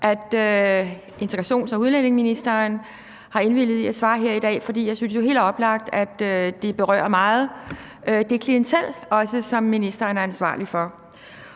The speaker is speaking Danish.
at integrations- og udlændingeministeren har indvilliget i at svare her i dag. For jeg synes jo også, det er helt oplagt, at det meget berører det klientel, som ministeren er ansvarlig for,